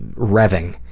revving.